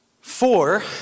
Four